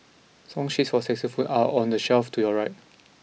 song sheets for saxophone are on the shelf to your right